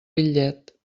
bitllet